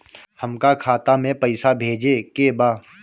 हमका खाता में पइसा भेजे के बा